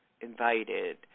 invited